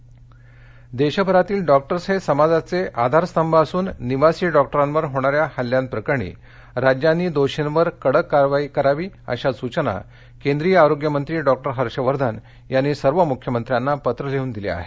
doctor देशभरातील doctors हे समाजाचे आधारस्तंभ असून निवासी डॉक्टरांवर होणा या हल्ल्याप्रकरणी राज्यांनी दोषींवर कडक कायदेशीर कारवाई करावी अशा सुचना केंद्रीय आरोग्यमंत्री डॉक्टर हर्षवर्धन यानी सर्व मुख्यमंत्र्यांना पत्र लिहन दिल्या आहेत